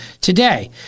today